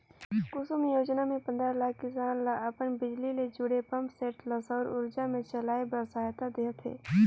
कुसुम योजना मे पंदरा लाख किसान ल अपन बिजली ले जुड़े पंप सेट ल सउर उरजा मे चलाए बर सहायता देह थे